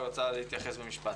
רוצה להתייחס במשפט.